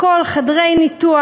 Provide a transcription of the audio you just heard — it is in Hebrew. חדרי ניתוח,